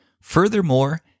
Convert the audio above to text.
Furthermore